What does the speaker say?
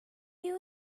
you